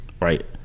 Right